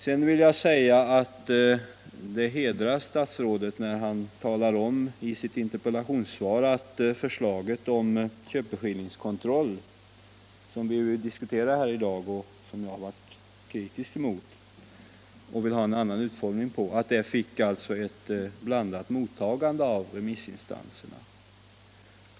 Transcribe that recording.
Vidare vill jag säga att det hedrar statsrådet när han i sitt interpellationssvar redovisar, att förslaget om köpeskillingskontroll, som vi diskuterar i dag och som jag är kritisk mot och vill ändra utformningen av, fick ett blandat mottagande av remissinstanserna.